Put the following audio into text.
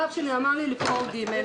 הרב שלי אמר לי לבחור "ג".